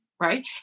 right